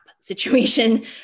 situation